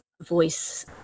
voice